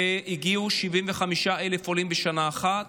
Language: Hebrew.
והגיעו 75,000 עולים בשנה אחת.